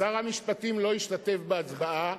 שר המשפטים לא השתתף בהצבעה,